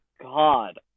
God